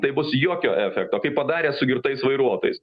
tai bus jokio efekto kaip padarė su girtais vairuotojais